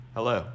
Hello